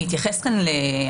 נעשה דילוג מגדרי.